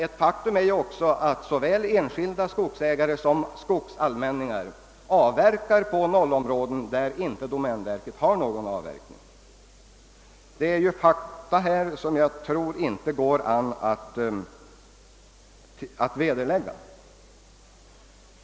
Ett faktum är att såväl enskilda skogsägare som skogsallmänningar avverkar på 0-områden där domänverket inte har någon avverkning. Detta är ett faktum som inte kan vederläggas.